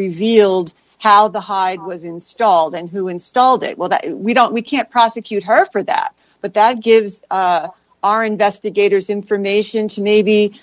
revealed how the hide was installed and who installed it well that we don't we can't prosecute her for that but that gives our investigators information to maybe